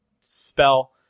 spell